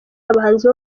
abahanzi